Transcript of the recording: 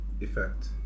effect